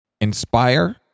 inspire